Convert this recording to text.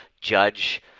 judge